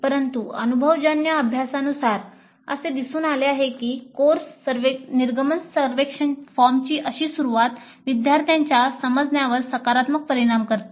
परंतु अनुभवजन्य अभ्यासानुसार असे दिसून आले आहे की कोर्स निर्गमन सर्वेक्षण फॉर्मची अशी सुरुवात विद्यार्थ्यांच्या समजण्यावर सकारात्मक परिणाम करते